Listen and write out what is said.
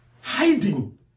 Hiding